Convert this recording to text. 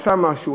עשה משהו,